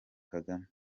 kagame